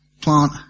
plant